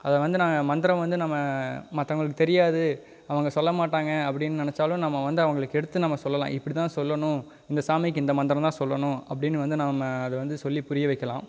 அதை வந்து நாங்கள் மந்திரம் வந்து நம்ம மற்றவுங்களுக்கு தெரியாது அவங்க சொல்லமாட்டாங்க அப்படீன்னு நினச்சாலும் நம்ம வந்து அவங்களுக்கு எடுத்து நம்ம சொல்லலாம் இப்படி தான் சொல்லணும் இந்த சாமிக்கு இந்த மந்திரம் தான் சொல்லணும் அப்படீன்னு வந்து நம்ம அதை வந்து சொல்லி புரிய வைக்கலாம்